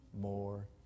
more